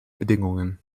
bedingungen